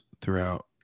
throughout